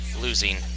losing